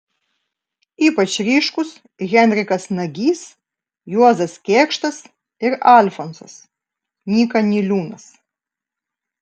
ypač ryškūs henrikas nagys juozas kėkštas ir alfonsas nyka niliūnas